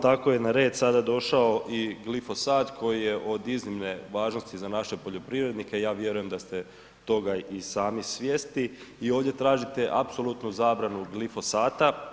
Tako je na red sada došao i glifosat koji je od iznimne važnosti za naše poljoprivrednike, ja vjerujem da ste toga i sami svjesni i ovdje tražite apsolutnu zabranu glifosata.